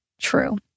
true